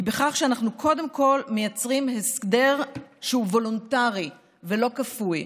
היא בכך שאנחנו קודם כול מייצרים הסדר שהוא וולונטרי ולא כפוי.